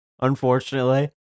unfortunately